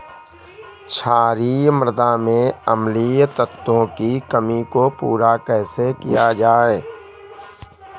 क्षारीए मृदा में अम्लीय तत्वों की कमी को पूरा कैसे किया जाए?